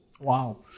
Wow